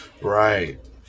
Right